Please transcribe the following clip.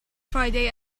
friday